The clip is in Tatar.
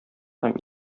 һәм